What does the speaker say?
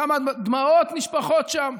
כמה דמעות נשפכות שם,